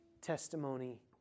testimony